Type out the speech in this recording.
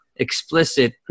Explicit